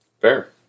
Fair